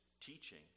teaching